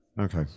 Okay